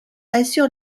assure